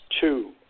two